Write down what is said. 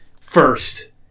first